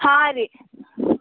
ಹಾಂ ರಿ